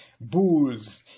bulls